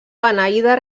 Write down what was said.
beneïda